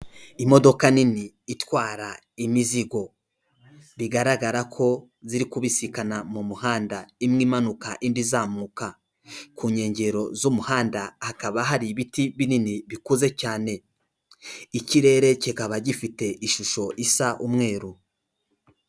Imodoka nini itwara imizigo, bigaragara ko ziri kubisikana mu muhanda. Imwe imanuka indi izamuka, ku nkengero z'umuhanda hakaba hari ibiti binini bikuze cyane. Ikirere kikaba gifite ishusho isa umweru.